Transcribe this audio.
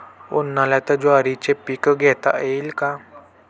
उन्हाळ्यात ज्वारीचे पीक घेता येईल का?